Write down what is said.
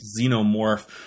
xenomorph